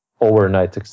overnight